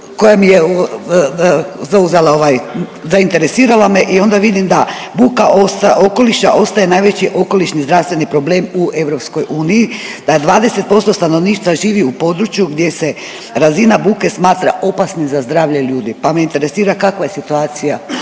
ovaj zainteresirala me i onda vidim da buka okoliša ostaje najveći okolišni zdravstveni problem u EU, da 20% stanovništva živi u području gdje se razina buke smatra opasnim za zdravlje ljudi, pa me interesira kakva je situacija